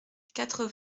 quatre